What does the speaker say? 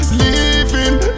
living